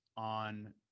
on